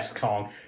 Kong